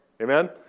Amen